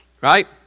right